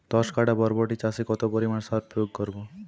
দশ কাঠা বরবটি চাষে কত পরিমাণ সার প্রয়োগ করব?